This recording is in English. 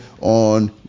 on